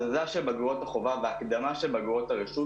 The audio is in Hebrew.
הזזה של בגרויות החובה והקדמה של בגרויות הרשות